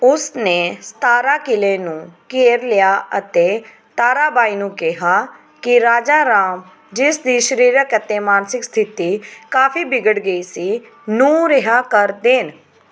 ਉਸਨੇ ਸਤਾਰਾ ਕਿਲ੍ਹੇ ਨੂੰ ਘੇਰ ਲਿਆ ਅਤੇ ਤਾਰਾਬਾਈ ਨੂੰ ਕਿਹਾ ਕਿ ਰਾਜਾਰਾਮ ਜਿਸ ਦੀ ਸਰੀਰਕ ਅਤੇ ਮਾਨਸਿਕ ਸਥਿਤੀ ਕਾਫ਼ੀ ਵਿਗੜ ਗਈ ਸੀ ਨੂੰ ਰਿਹਾਅ ਕਰ ਦੇਣ